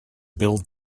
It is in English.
build